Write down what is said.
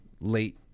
late